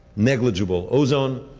negligible ozone,